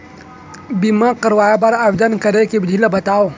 बीमा करवाय बर आवेदन करे के विधि ल बतावव?